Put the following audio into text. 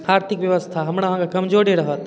आर्थिक व्यवस्था हमरा अहाँके कमजोरे रहत